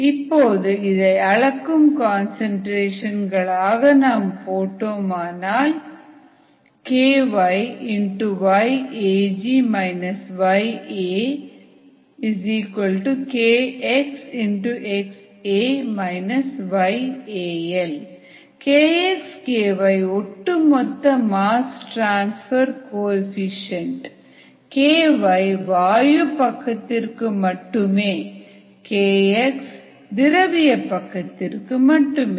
இப்போது இதை அளக்கும் கன்சன்ட்ரேஷன் களாக போட்டால் ky yAG yAkxxA yAL kx ky ஒட்டுமொத்த மாஸ் டிரான்ஸ்பர் கோஎஃபீஷியேன்ட் ky வாயு பக்கத்திற்கு மட்டுமே kx திரவிய பக்கத்திற்கு மட்டுமே